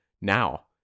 now